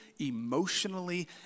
emotionally